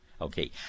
okay